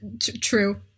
true